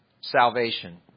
salvation